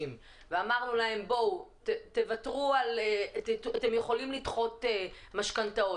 ואמרנו להם 'אתם יכולים לדחות משכנתאות,